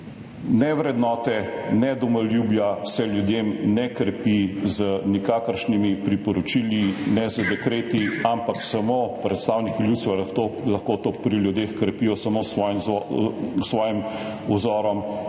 Ne vrednot ne domoljubja se pri ljudeh ne krepi z nikakršnimi priporočili ne z dekreti, ampak predstavniki ljudstva lahko to pri ljudeh krepijo samo s svojim vzorom